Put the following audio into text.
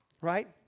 right